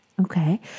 Okay